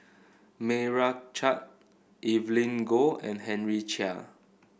Meira Chand Evelyn Goh and Henry Chia